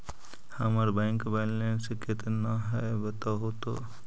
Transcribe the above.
हमर bank balance केतना है बताहु तो?